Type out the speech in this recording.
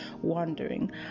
wandering